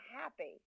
happy